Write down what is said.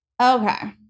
Okay